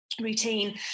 Routine